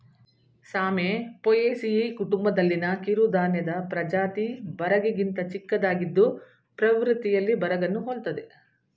ಸಾಮೆ ಪೋಯೇಸಿಯಿ ಕುಟುಂಬದಲ್ಲಿನ ಕಿರುಧಾನ್ಯದ ಪ್ರಜಾತಿ ಬರಗಿಗಿಂತ ಚಿಕ್ಕದಾಗಿದ್ದು ಪ್ರವೃತ್ತಿಯಲ್ಲಿ ಬರಗನ್ನು ಹೋಲ್ತದೆ